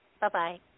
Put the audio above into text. Bye-bye